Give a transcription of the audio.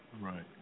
Right